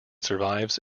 survives